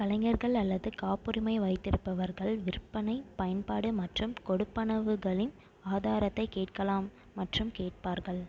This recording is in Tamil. கலைஞர்கள் அல்லது காப்புரிமை வைத்திருப்பவர்கள் விற்பனை பயன்பாடு மற்றும் கொடுப்பனவுகளின் ஆதாரத்தைக் கேட்கலாம் மற்றும் கேட்பார்கள்